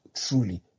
Truly